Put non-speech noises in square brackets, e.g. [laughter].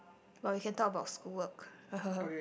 but we can talk about school work [laughs]